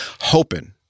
hoping